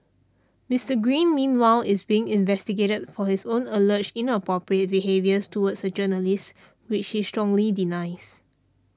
Mister Green meanwhile is being investigated for his own alleged inappropriate behaviour towards a journalist which he strongly denies